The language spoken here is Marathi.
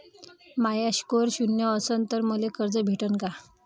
माया स्कोर शून्य असन तर मले कर्ज भेटन का?